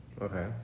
Okay